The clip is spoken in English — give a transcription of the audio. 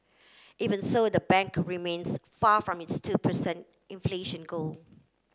even so the bank remains far from its two per cent inflation goal